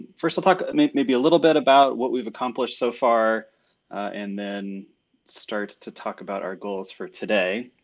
first, we'll talk i mean maybe a little bit about what we've accomplished so far and then start to talk about our goals for today.